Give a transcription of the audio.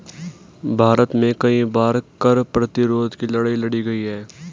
भारत में कई बार कर प्रतिरोध की लड़ाई लड़ी गई है